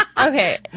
Okay